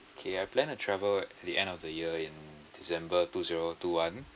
okay I plan to travel at the end of the year in december two zero two one